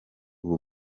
ubu